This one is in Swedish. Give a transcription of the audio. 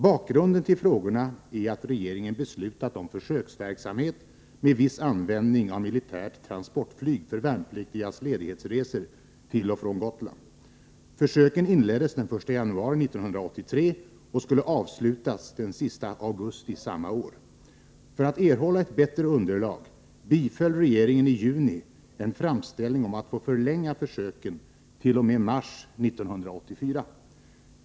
Bakgrunden till frågorna är att regeringen beslutat om försöksverksamhet med viss användning av militärt transportflyg för värnpliktigas ledighetsresor till och från Gotland. Försöken inleddes den 1 januari 1983 och skulle avslutas den sista augusti samma år. För att erhålla ett bättre underlag biföll regeringen i juni en framställning om att få förlänga försöken t.o.m. mars 1984.